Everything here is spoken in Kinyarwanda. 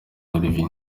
olivier